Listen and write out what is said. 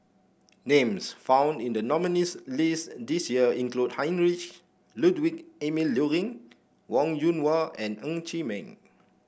names found in the nominees' list this year include Heinrich Ludwig Emil Luering Wong Yoon Wah and Ng Chee Meng